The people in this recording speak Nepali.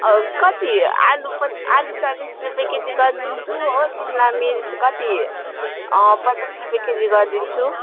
कति आलु प आलु चाल्लिस रुपियाँ केजी गरिदिन्छु हो सिमला मिर्च कति पचास रुपियाँ केजी गरिदिन्छु